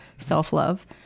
self-love